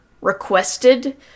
requested